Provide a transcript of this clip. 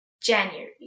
January